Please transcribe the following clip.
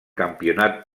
campionat